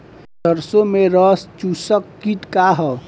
सरसो में रस चुसक किट का ह?